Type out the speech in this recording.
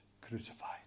crucified